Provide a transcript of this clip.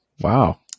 Wow